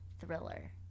thriller